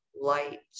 light